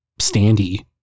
standee